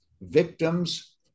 victims